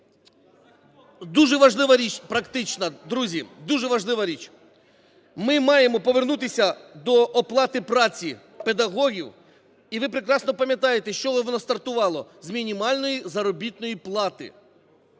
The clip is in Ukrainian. Дуже важлива річ, практична, дуже важлива річ. Ми маємо повернутися до оплати праці педагогів, і ви прекрасно пам'ятаєте, з чого воно стартувало: з мінімальної заробітної плати.